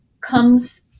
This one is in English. comes